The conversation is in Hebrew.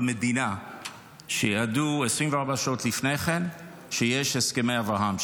במדינה שידעו 24 שעות לפני כן שיש הסכמי אברהם,